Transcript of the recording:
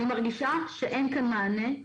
אני מרגישה שאין כאן מענה.